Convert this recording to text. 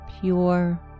pure